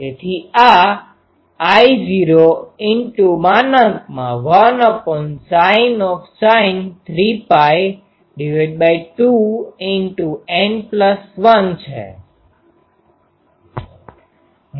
તેથી આ I૦ 1sin 3π2N1 છે